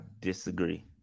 disagree